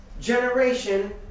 generation